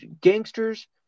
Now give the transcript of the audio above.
Gangsters